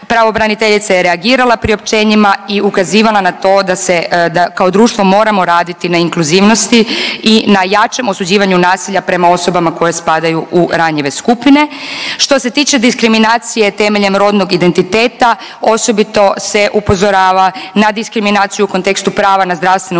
Pravobraniteljica je reagirala priopćenjima i ukazivala na to da se kao društvo moramo raditi na inkluzivnosti i na jačem osuđivanju nasilja prema osobama koje spadaju u ranjive skupine. Što se tiče diskriminacije temeljem rodnog identiteta osobito se upozorava na diskriminaciju u kontekstu prava na zdravstvene